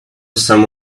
some